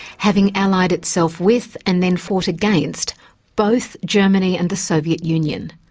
having allied itself with and then fought against both germany and the soviet union.